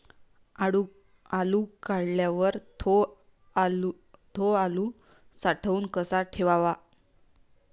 आलू काढल्यावर थो आलू साठवून कसा ठेवाव?